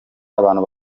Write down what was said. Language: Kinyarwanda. abantu